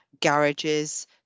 garages